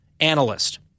analyst